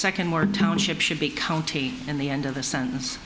second word township should be counted in the end of the s